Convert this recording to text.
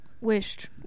wished